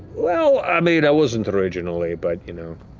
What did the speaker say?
well, i mean, i wasn't originally, but, you know,